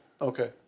Okay